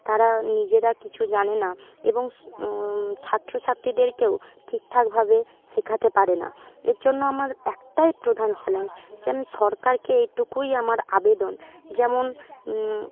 তারা নিজেরা কিছু জানে না এবং ছাত্রছাত্রীদেরকেও ঠিকঠাকভাবে শেখাতে পারে না এর জন্য আমার একটাই প্রধান চ্যলেঞ্জ যে আমি সরকারকে এটুকুই আমার আবেদন যেমন